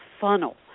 funnel